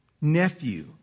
nephew